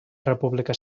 república